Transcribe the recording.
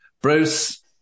Bruce